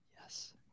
Yes